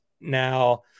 Now